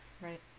Right